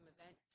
event